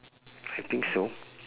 I think so